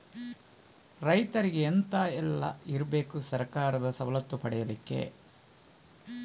ರೈತರಿಗೆ ಎಂತ ಎಲ್ಲ ಇರ್ಬೇಕು ಸರ್ಕಾರದ ಸವಲತ್ತು ಪಡೆಯಲಿಕ್ಕೆ?